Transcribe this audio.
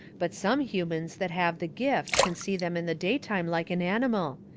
but some humans that have the gift can see them in the daytime like an animal.